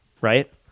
right